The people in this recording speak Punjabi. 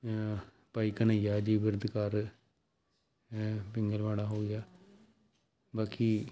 ਭਾਈ ਘਨੱਈਆ ਜੀ ਬਿਰਧ ਘਰ ਪਿੰਗਲਵਾੜਾ ਹੋ ਗਿਆ ਬਾਕੀ